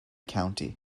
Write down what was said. county